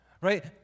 Right